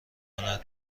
کند